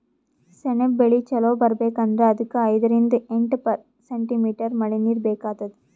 ಸೆಣಬ್ ಬೆಳಿ ಚಲೋ ಬರ್ಬೆಕ್ ಅಂದ್ರ ಅದಕ್ಕ್ ಐದರಿಂದ್ ಎಂಟ್ ಸೆಂಟಿಮೀಟರ್ ಮಳಿನೀರ್ ಬೇಕಾತದ್